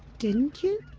didn't you?